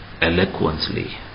eloquently